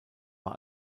war